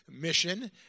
mission